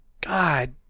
God